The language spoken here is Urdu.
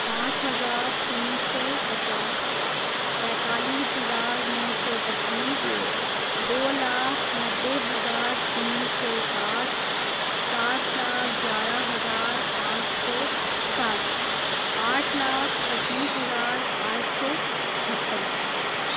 پانچ ہزار تین سو پچاس پینتالیس ہزار نو سو پچیس دو لاکھ نبے ہزار تین سو ساٹھ سات لاکھ گیارہ ہزار پانچ سو ساٹھ آٹھ لاکھ پچیس ہزار آٹھ سو چھپن